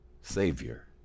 Savior